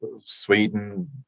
Sweden